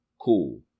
Cool